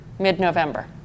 Mid-November